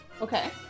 Okay